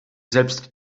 selbst